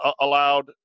allowed